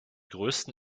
größten